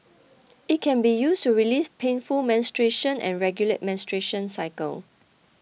it can be used to release painful menstruation and regulate menstruation cycle